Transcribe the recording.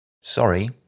Sorry